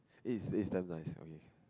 is is damn nice okay